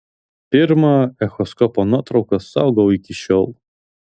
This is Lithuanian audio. pirmą echoskopo nuotrauką saugau iki šiol